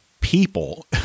people